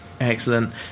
Excellent